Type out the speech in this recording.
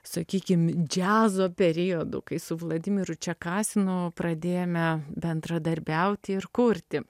sakykim džiazo periodų kai su vladimiru čekasinu pradėjome bendradarbiauti ir kurti